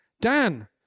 Dan